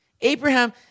Abraham